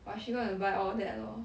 but she gonna buy all that lor